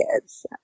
kids